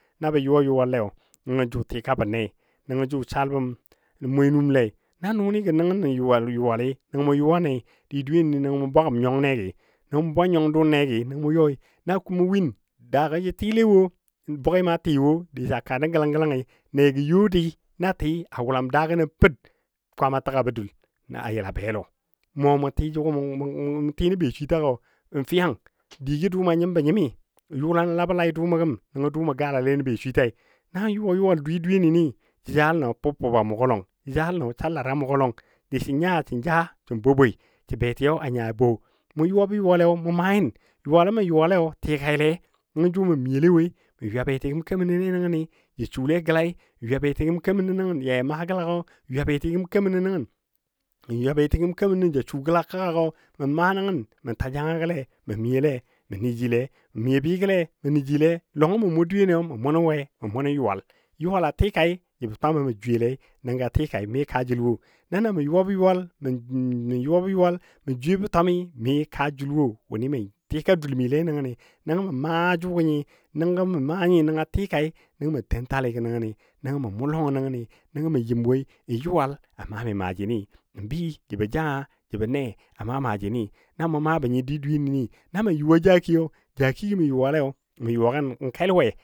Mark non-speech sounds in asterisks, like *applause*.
Nabɔ yuwa yuwallei nəngɔ tika bənnei nəngɔ jʊ salbəm mwe num lei na nʊnɨ ga nəngən yuwal nəngɔ mʊ yuwa nəi nəngɔ mʊ bwa gəm nyɔng negi nəngɔ mʊ bwa nyɔng dʊn negi di nəngɔ mu yɔi kumo win daagɔ jə tɨle wo, bʊgema tɨ wo disa kaa nə gələng gələngi nəgɔ yo di na tɨ a wulam daago per kwama təgabədul a yəla be, mɔ mʊ tɨ beswita n fyang digɔ dʊʊmɔ nyimbɔ nyimi yʊlanɔ a labə lai dʊʊmo gən nəngɔ dʊʊmo galale nən beswitai nan yuwa yuwal di dweyeni ni jəlalən pup pup a mugɔ lɔn jəjaləno sai lada disen nya sən ja sən boboi se beti a nya a bo, mʊ yuwabɔ yuwali mu ma nyin yuwalo mə yuwalei tikaile nəngɔ jʊ mə miyole woi mə ywa bətigəm kemənɔle ni jə sule gəlai n ywa beti gəm kemənɔ nəngən yo ja maa gəlagɔ, n ywa beti gəm kemanɔ nəngən, n ywa beti gəm kemanɔ ja su gəla kəggagɔ mə maa nəngən mə ta jangagɔle, mə miyole mə nə jile, mə miyo bɨgole mə na jile, lɔngɔ ma mʊ dweyeni mə mʊ nə we mə mʊ nə yuwal. Yuwal a tikai jəbɔ twamo ma jwiyele jʊ a tikai mi kaa jəl wo, na na mə yuwabɔ yuwal, *hesitation* mə yuwabɔ yuwal, mə jwiyebɔ twami, mi kaa jəl wo wʊnɨ tika dul məndile nəngəni, nəngɔ mə maa jʊgɔ nyi, nəngɔ mə maa nyi nənga tikai nəngɔ mə ten taligɔ nəngəni, nəngɔ mə mʊ lɔngɔ nənagəni nəngo yɨm woi n yuwal a maa mi maajini, n bɨ jəbɔ janga, jəbɔ ne a maa maajini Na mʊ maabɔ nyo di dweyeni, na mə yuwa jakiyo jakigɔ ma yuwale n kel we